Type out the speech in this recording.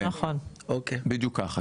נכון, בדיוק ככה.